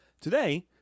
Today